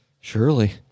surely